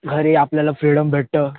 घरी आपल्याला फ्रीडम भेटतं